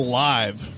live